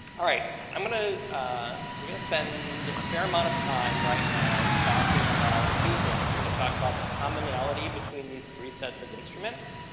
ah right. i mean ah we're going to spend a fair amount of time right now talking about a few things. we're going to talk about the commonality between these three sets of instruments,